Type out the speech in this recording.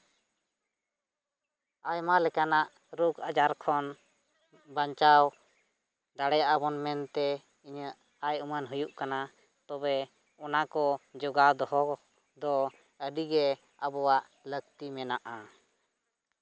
ᱟᱭᱢᱟ ᱞᱮᱠᱟᱱᱟᱜ ᱨᱳᱜᱽ ᱟᱡᱟᱨ ᱠᱷᱚᱱ ᱵᱟᱧᱪᱟᱣ ᱫᱟᱲᱮᱭᱟᱜᱼᱟ ᱵᱚᱱ ᱢᱮᱱᱛᱮ ᱤᱧᱟᱹᱜ ᱟᱭ ᱩᱢᱟᱹᱱ ᱦᱩᱭᱩᱜ ᱠᱟᱱᱟ ᱛᱚᱵᱮ ᱚᱱᱟ ᱠᱚ ᱡᱚᱜᱟᱣ ᱫᱚᱦᱚ ᱫᱚ ᱟᱹᱰᱤ ᱜᱮ ᱟᱵᱚᱣᱟᱜ ᱞᱟᱹᱠᱛᱤ ᱢᱮᱱᱟᱜᱼᱟ